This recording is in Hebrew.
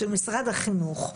של משרד החינוך,